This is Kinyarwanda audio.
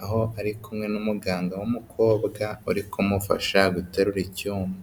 aho ari kumwe n'umuganga w'umukobwa uri kumufasha guterura icyuma.